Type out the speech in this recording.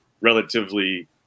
relatively